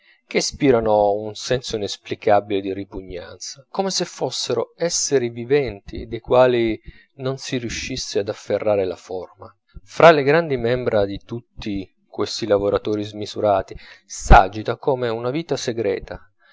che ispirano un senso inesplicabile di ripugnanza come se fossero esseri viventi dei quali non sì riuscisse ad afferrare la forma fra le grandi membra di tutti questi lavoratori smisurati s'agita come una vita segreta